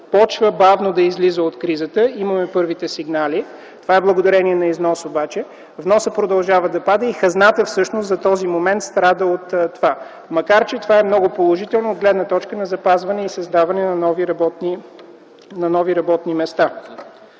започва бавно да излиза от кризата. Ние имаме първите сигнали. Това е благодарение на износа обаче. Вносът продължава да пада и хазната всъщност в този момент страда от това, макар че това е много положително от гледна точка на запазване и създаване на нови работни места.